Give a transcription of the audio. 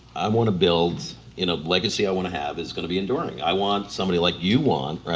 i wanna build in a legacy i wanna have, it's gonna be enduring. i want somebody like you want, right?